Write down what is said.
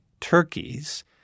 turkeys